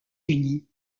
unis